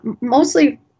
mostly